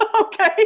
Okay